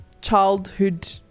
childhood